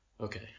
Okay